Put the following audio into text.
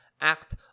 act